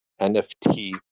NFT